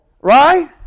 Right